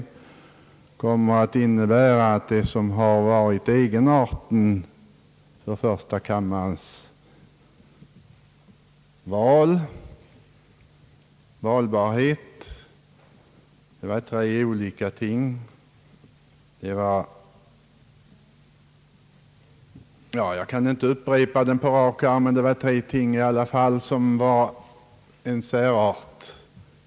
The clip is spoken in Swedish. Han räknade upp tre ting som varit första kammarens egenart.